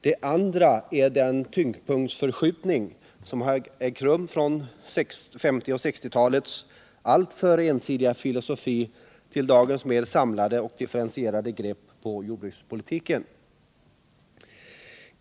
Det andra är den tyngdpunktsförskjutning som har ägt rum från 1950 och 1960-talens alltför ensidiga filosofi till dagens mer samlade och differentierade grepp på jordbrukspolitiken.